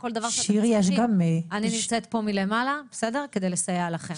וכל דבר שאתם צריכים אני נמצאת פה מלמעלה כדי לסייע לכם.